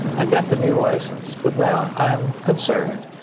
i got the new license, but now i'm concerned.